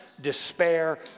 despair